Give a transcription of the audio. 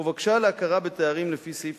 ובקשה להכרה בתארים לפי סעיף